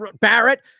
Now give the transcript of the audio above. Barrett